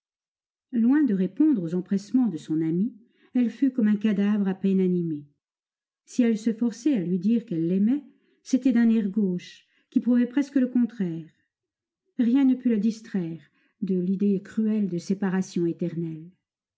loin de répondre aux empressements de son ami elle fut comme un cadavre à peine animé si elle se forçait à lui dire qu'elle l'aimait c'était d'un air gauche qui prouvait presque le contraire rien ne put la distraire de l'idée cruelle de séparation éternelle